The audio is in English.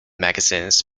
magazines